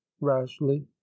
rashly